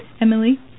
Emily